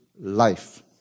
life